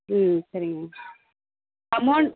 ம் சரிங்க அமௌண்ட்